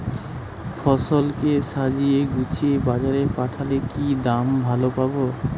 ফসল কে সাজিয়ে গুছিয়ে বাজারে পাঠালে কি দাম ভালো পাব?